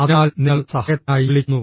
അതിനാൽ നിങ്ങൾ സഹായത്തിനായി വിളിക്കുന്നു